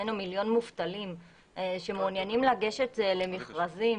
בפנינו מיליון מובטלים שמעוניינים לגשת למכרזים,